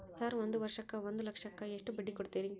Sir ಒಂದು ವರ್ಷಕ್ಕ ಒಂದು ಲಕ್ಷಕ್ಕ ಎಷ್ಟು ಬಡ್ಡಿ ಕೊಡ್ತೇರಿ?